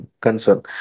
concern